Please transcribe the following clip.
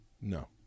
No